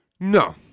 No